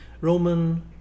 Roman